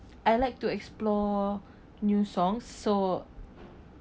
I like to explore new songs so